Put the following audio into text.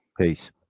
Peace